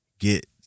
Get